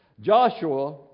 Joshua